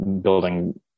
Building